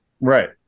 Right